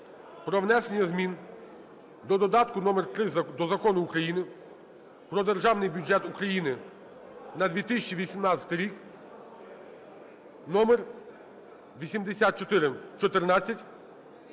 про внесення змін до додатку № 3 до Закону України "Про Державний бюджет України на 2018 рік" (№ 8414)